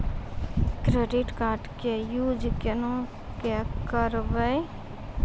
Credit card के use कोना के करबऽ?